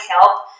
help